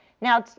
now,